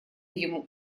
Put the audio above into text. ему